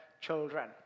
children